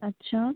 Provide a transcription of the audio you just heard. अच्छा